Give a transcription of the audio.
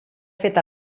fet